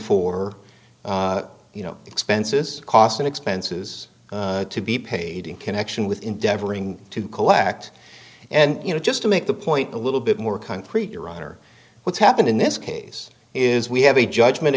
for you know expenses cost and expenses to be paid in connection with endeavoring to collect and you know just to make the point a little bit more concrete your honor what's happened in this case is we have a judgment